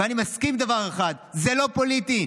ואני מסכים לדבר אחד: זה לא פוליטי.